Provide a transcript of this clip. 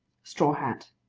straw hat.